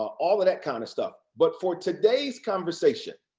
all that kind of stuff. but for today's conversation,